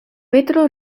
petro